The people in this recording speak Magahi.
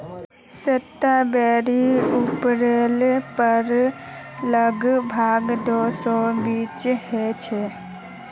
स्ट्रॉबेरीर उपरेर पर लग भग दो सौ बीज ह छे